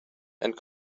and